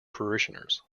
parishioners